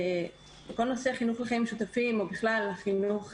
כל נושא החינוך לחיים משותפים מפוזר